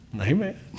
Amen